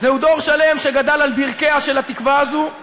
זהו דור שלם שגדל על ברכיה של התקווה הזאת,